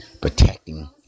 protecting